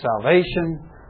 salvation